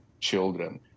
children